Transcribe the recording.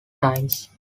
times